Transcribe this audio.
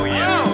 yo